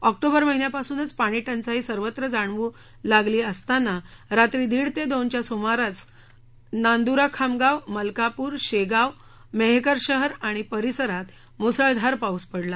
October महिन्यापासूनच पाणीटंचाई सर्वत्र जाणवू लागली असताना रात्री दीड ते दोनच्या दरम्यान सुमारे नांदुरा खामगाव मलकापुर शेगाव मेहकर शहर आणि परिसरात मुसळधार पाऊस पडला